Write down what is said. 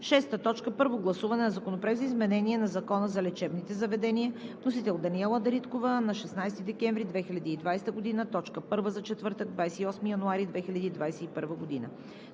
2020 г. 6. Първо гласуване на Законопроекта за изменение на Закона за лечебните заведения. Вносител – Даниела Дариткова на 16 декември 2020 г. – точка първа за четвъртък, 28 януари 2021 г.